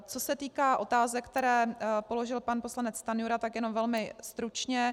Co se týká otázek, které položil pan poslanec Stanjura, tak jenom velmi stručně.